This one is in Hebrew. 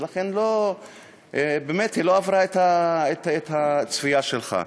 ולכן באמת היא לא עברה את הצפייה שלך.